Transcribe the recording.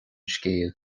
scéal